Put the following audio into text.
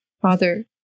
Father